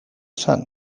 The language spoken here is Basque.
zen